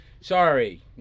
Sorry